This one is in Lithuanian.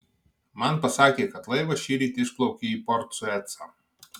man pasakė kad laivas šįryt išplaukė į port suecą